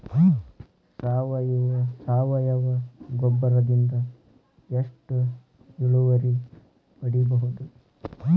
ಸಾವಯವ ಗೊಬ್ಬರದಿಂದ ಎಷ್ಟ ಇಳುವರಿ ಪಡಿಬಹುದ?